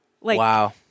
Wow